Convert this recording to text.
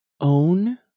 Own